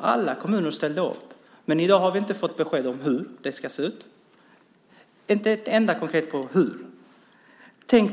alla kommuner ställer upp. I dag har vi dock inte fått besked om hur det ska se ut. Inte ett enda konkret besked om hur det blir.